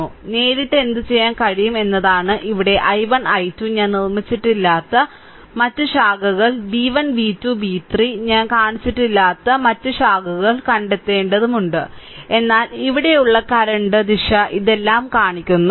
അതിനാൽ നേരിട്ട് എന്തുചെയ്യാൻ കഴിയും എന്നതാണ് ഇവിടെ i1 i 2 ഞാൻ നിർമ്മിച്ചിട്ടില്ലാത്ത മറ്റ് ശാഖകൾ v1 v2 v3 ഞാൻ കാണിച്ചിട്ടില്ലാത്ത മറ്റ് ശാഖകൾ കണ്ടെത്തേണ്ടതുണ്ട് എന്നാൽ ഇവിടെയുള്ള കറന്റ് ദിശ ഇതെല്ലാം കാണിക്കുന്നു